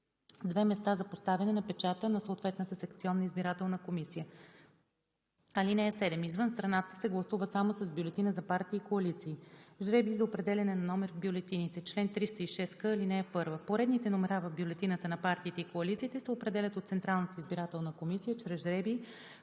две места за поставяне на печата на съответната секционна избирателна комисия. (7) Извън страната се гласува само с бюлетина за партии и коалиции. Жребий за определяне на номер в бюлетините Чл. 306к. (1) Поредните номера в бюлетината на партиите и коалициите се определят от Централната избирателна комисия чрез жребий,